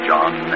John